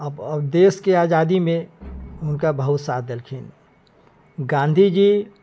आब देश के आजादी मे हुनका बहुत साथ देलखिन गाँधी जी